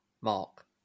Mark